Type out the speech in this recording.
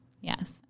yes